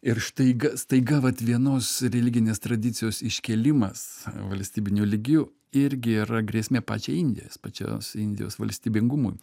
ir štai staiga vat vienos religinės tradicijos iškėlimas valstybiniu lygiu irgi yra grėsmė pačiai indijos pačios indijos valstybingumui